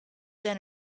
then